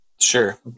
Sure